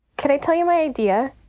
can i tell you my idea?